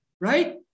Right